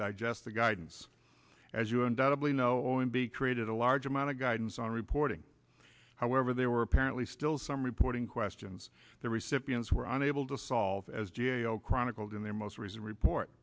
digest the guidance as you undoubtedly know and be created a large amount of guidance on reporting however there were apparently still some reporting questions the recipients were unable to solve as g a o chronicled in their most recent report